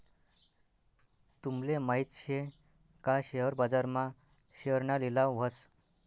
तूमले माहित शे का शेअर बाजार मा शेअरना लिलाव व्हस